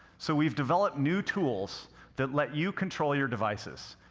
so we've developed new tools that let you control your devices,